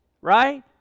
right